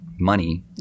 money